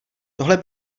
tohle